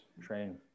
train